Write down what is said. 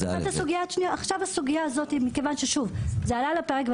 זה עלה שוב על הפרק,